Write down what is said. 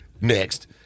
next